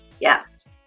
Yes